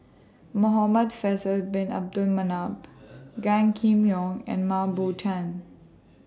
Muhamad Faisal Bin Abdul Manap Gan Kim Yong and Mah Bow Tan